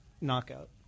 knockout